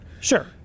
sure